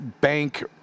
Bank